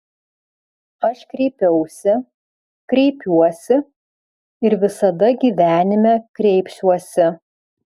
aš kreipiausi kreipiuosi ir visada gyvenime kreipsiuosi